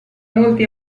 molti